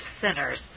sinners